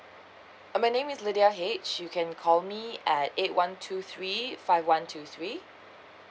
uh my name is lydia H you can call me at eight one two three five one two three